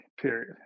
period